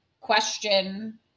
question